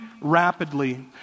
rapidly